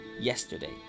yesterday